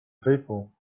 people